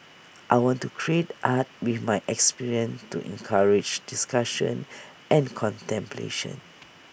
I want to create art with my experience to encourage discussion and contemplation